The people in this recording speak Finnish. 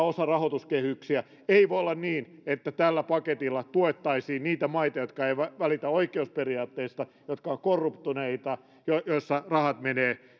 osa rahoituskehyksiä ei voi olla niin että tällä paketilla tuettaisiin niitä maita jotka eivät välitä oikeusperiaatteista jotka ovat korruptoituneita ja joissa rahat menevät